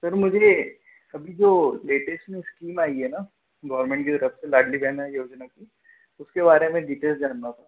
मुझे अभी जो लेटेस्ट में स्कीम आई है ना गोवरमेंट की तरफ़ से लाड़ली बहना योजना की उसके बारे में डिटेल्स जानना था